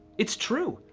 it's true.